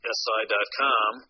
si.com